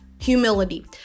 Humility